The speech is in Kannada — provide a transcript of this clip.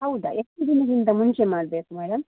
ಹೌದಾ ಎಷ್ಟು ದಿನಕ್ಕಿಂತ ಮುಂಚೆ ಮಾಡಬೇಕು ಮೇಡಮ್